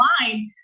line